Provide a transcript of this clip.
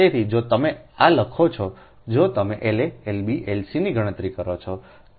તેથી જો તમે આ લખો છો જો તમે La Lb Lc ની ગણતરી કરો છો તો આ ફક્ત અહીં જ બનાવી શકાતા નથી